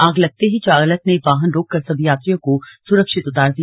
आग लगते ही चालक ने वाहन रोककर सभी यात्रियों को सुरक्षित उतार दिया